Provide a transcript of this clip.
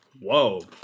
whoa